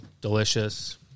delicious